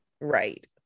Right